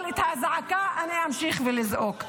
אבל את הזעקה אני אמשיך לזעוק.